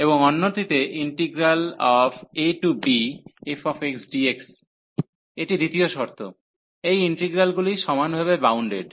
এবং অন্যটিতে integral abfxdx এটি দ্বিতীয় শর্ত এই ইন্টিগ্রালগুলি সমানভাবে বাউন্ডেড